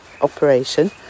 operation